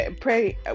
pray